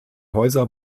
häuser